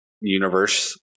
universe